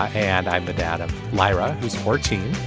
and i'm the data lyra who's fourteen